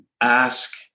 ask